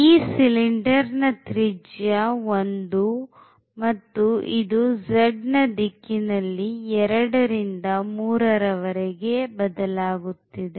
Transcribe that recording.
ಈ ಸಿಲಿಂಡರ್ ನ ತ್ರಿಜ್ಯ 1 ಮತ್ತು ಇದು z ನ ದಿಕ್ಕಿನಲ್ಲಿ 2 ರಿಂದ 3 ರ ವರೆಗೆ ಬದಲಾಗುತ್ತದೆ